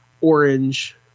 orange